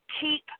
keep